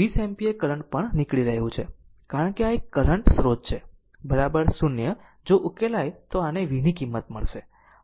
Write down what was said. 20 ampere current પણ નીકળી રહ્યું છે કારણ કે આ એક કરંટ સ્રોત છે 0 જો ઉકેલાય તો આને V ની કિંમત મળશે